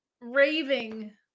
raving